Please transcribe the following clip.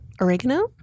oregano